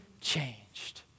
changed